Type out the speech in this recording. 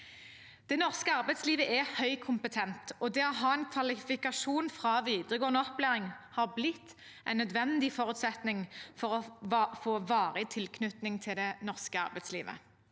Det norske arbeidslivet er høykompetent, og det å ha en kvalifikasjon fra videregående opplæring har blitt en nødvendig forutsetning for å få varig tilknytning til det norske arbeidslivet.